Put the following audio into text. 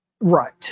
Right